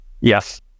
Yes